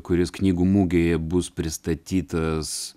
kuris knygų mugėje bus pristatytas